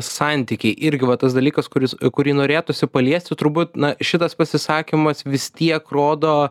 santykiai irgi va tas dalykas kuris kurį norėtųsi paliesti turbūt na šitas pasisakymas vis tiek rodo